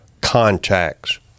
contacts